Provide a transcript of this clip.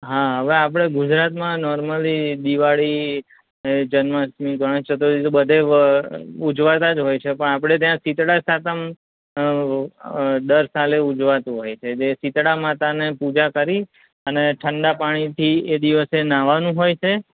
હા હવે આપણે ગુજરાતમાં નોર્મલી દિવાળી જન્માષ્ટમી ગણેશચતુર્થી તો બધે ઉજવાતા જ હોય છે પણ આપણે ત્યાં શીતળા સાતમ દર સાલે ઉજવાતું હોય છે જે શીતળા માતાને પૂજા કરી અને ઠંડા પાણીથી એ દિવસે નહાવાનું હોય છે